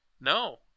No